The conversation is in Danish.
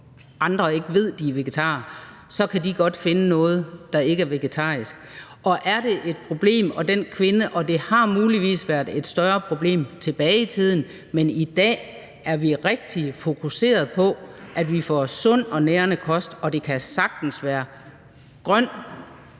andre ikke ved, at de er vegetarer – så kan de godt finde noget, der er vegetarisk. Det har muligvis været et større problem tilbage i tiden, men i dag er vi rigtig fokuseret på, at vi får sund og nærende kost, og det kan sagtens være grønt,